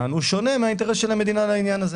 שונה מן האינטרס של המדינה לעניין הזה.